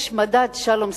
יש מדד שלום שמחון.